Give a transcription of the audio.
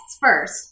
first